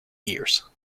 years